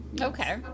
okay